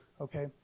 Okay